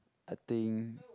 I think